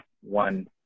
one